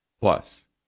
Plus